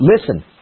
listen